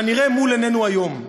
הנראה מול עינינו היום,